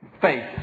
faith